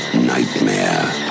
Nightmare